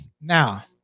Now